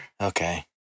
Okay